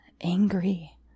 angry